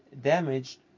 damaged